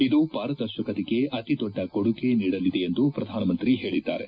ಇದು ಪಾರದರ್ಶಕತೆಗೆ ಅತಿದೊಡ್ಡ ಕೊಡುಗೆ ನೀಡಲಿದೆ ಎಂದು ಪ್ರಧಾನಮಂತ್ರಿ ಹೇಳಿದ್ದಾರೆ